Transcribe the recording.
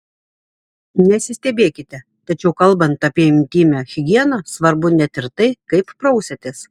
nesistebėkite tačiau kalbant apie intymią higieną svarbu net ir tai kaip prausiatės